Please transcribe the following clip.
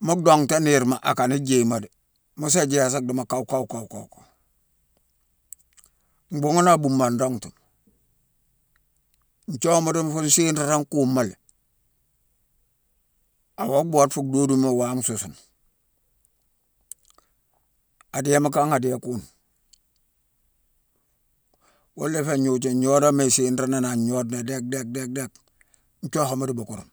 Mu dongtane niirma, a kane jéémo dé, mu sa jéye di kawu-kawu. Bhuughune a buma an dongtu. Nthiuwama dongh fune siirara kuuma lé. Awa bhoode fu dhoodoma maame sun-sune. A dééma kan, a déé kune. Wune i fé-gnojo-gnodooma isiinrani an gnode déck-déck-déck-déck: nthiuwama di bukeurma